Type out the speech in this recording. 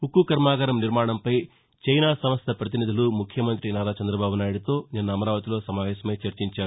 ఉక్కు కర్మాగారం నిర్మాణంపై చైనా సంస్ట ప్రతినిధులు ముఖ్యమంతి నారా చంద్రబాబునాయుడుతో నిన్న అమరావతిలో సమావేశమై చర్చించారు